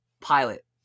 pilot